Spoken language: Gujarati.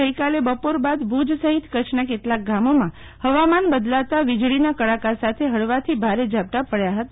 ગઈકાલે બપોર બાદ ભુજ સફીત કરછના કેટલાક ગામોમાં હવામાન બદલાતા વિજળીના કડાકા સાથે હળવાશ થી ભારે ઝાપટાં પડ્યા હતા